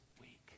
week